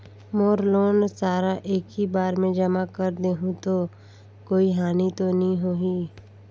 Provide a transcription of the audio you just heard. मोर loan सारा एकी बार मे जमा कर देहु तो कोई हानि तो नी होही?